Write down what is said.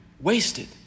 wasted